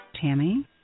Tammy